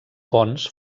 ponts